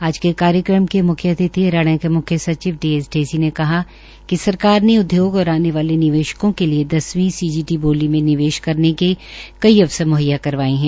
आज का कार्यक्रम के मुख्या अतिथि हरियाणा के म्ख्य सचिव डी एस ढेसी ने कहा कि सरकार ने उदयोग और आने वाले निवेशकों के लिए दसवीं सीजीडी बोली में निवेश करने के कई अवसर म्हैया करवाए है